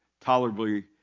tolerably